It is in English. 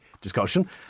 discussion